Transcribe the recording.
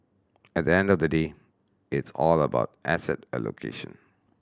at the end of the day it's all about asset allocation